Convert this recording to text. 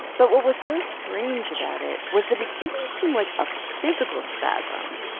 but what was so strange about it was that it didn't seem like a physical spasm.